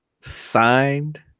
Signed